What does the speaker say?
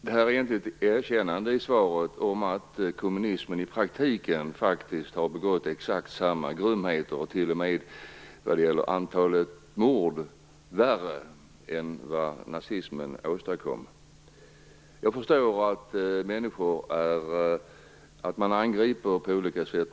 Det är egentligen ett erkännande i svaret att kommunismen i praktiken faktiskt begått exakt likadana grymheter och, vad gäller antalet mord, t.o.m. värre än nazismen. Jag förstår att man angriper nazismen på olika sätt.